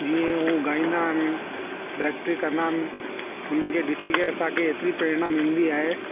जीअं हू ॻाईंदा आहिनि कंदा आहिनि हुननि खे ॾिसी करे असांखे एतिरी प्रेरणा मिलंदी आहे